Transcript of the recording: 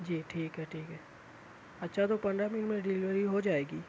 جی ٹھیک ہے ٹھیک ہے اچھا تو پندرہ منٹ ڈلیوری ہو جائے گی